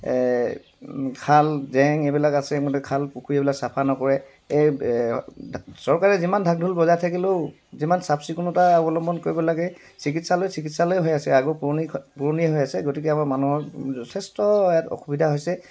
এই খাল জেং এইবিলাক আছে সেইমতে খাল পুখুৰী এইবিলাক চাফা নকৰে এই চৰকাৰে যিমান ঢাক ঢোল বজাই থাকিলেও যিমান চাফ চিকুণতা অৱলম্বন কৰিব লাগে চিকিৎসালয় চিকিৎসালয়ে হৈ আছে আগৰ পুৰণি পুৰণিয়ে হৈ আছে গতিকে আমাৰ মানুহৰ যথেষ্ট ইয়াত অসুবিধা হৈছে